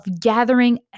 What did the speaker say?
gathering